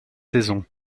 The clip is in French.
saison